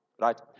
right